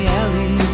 alley